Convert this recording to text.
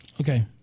Okay